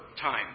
time